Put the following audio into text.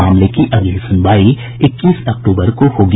मामले की अगली सुनवाई इक्कीस अक्टूबर को होगी